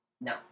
No